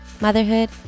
motherhood